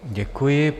Děkuji.